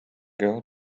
girl